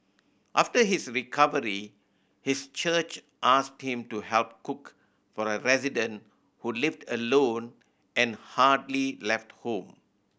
after his recovery his church asked him to help cook for a resident who lived alone and hardly left home